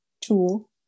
tool